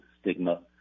stigma